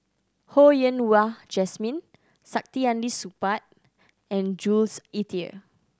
Ho Yen Wah Jesmine Saktiandi Supaat and Jules Itier